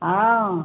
हाँ